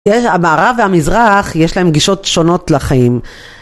יש-המערב והמזרח, יש להם גישות שונות לחיים.